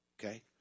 Okay